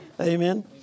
Amen